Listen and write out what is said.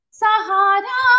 Sahara